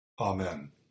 Amen